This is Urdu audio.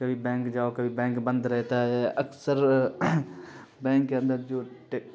کبھی بینک جاؤ کبھی بینک بند رہتا ہے اکثر بینک کے اندر جو